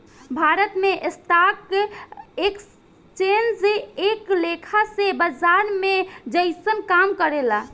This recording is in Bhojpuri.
भारत में स्टॉक एक्सचेंज एक लेखा से बाजार के जइसन काम करेला